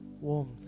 warmth